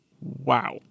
Wow